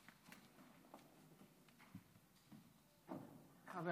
חבר